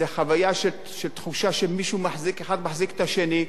זו תחושה שהאחד מחזיק את השני.